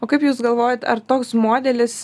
o kaip jūs galvojat ar toks modelis